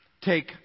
Take